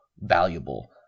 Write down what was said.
Valuable